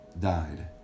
died